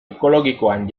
ekologikoan